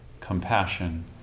compassion